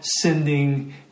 sending